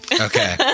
okay